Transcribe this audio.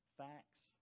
facts